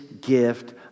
gift